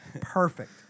perfect